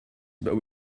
but